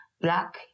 Black